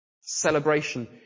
Celebration